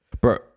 Bro